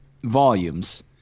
volumes